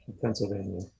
Pennsylvania